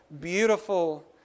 beautiful